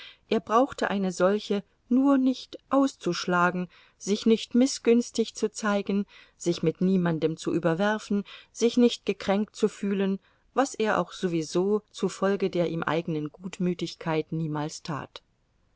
er brauchte eine solche nur nicht auszuschlagen sich nicht mißgünstig zu zeigen sich mit niemandem zu überwerfen sich nicht gekränkt zu fühlen was er auch sowieso zufolge der ihm eigenen gutmütigkeit niemals tat